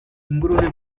ingurune